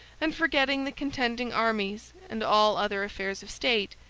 and, forgetting the contending armies and all other affairs of state,